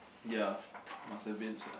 ya must have been []